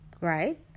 right